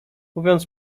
mówiąc